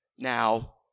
Now